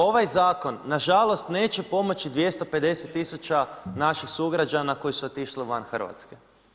Ovaj zakon nažalost neće pomoći 250 tisuća naših sugrađana koji su otišli van Hrvatske.